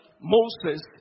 Moses